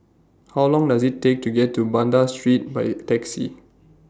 How Long Does IT Take to get to Banda Street By Taxi